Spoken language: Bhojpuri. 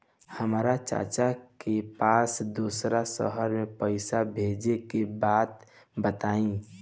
हमरा चाचा के पास दोसरा शहर में पईसा भेजे के बा बताई?